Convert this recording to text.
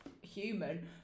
human